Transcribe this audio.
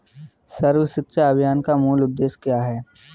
सर्व शिक्षा अभियान का मूल उद्देश्य क्या है?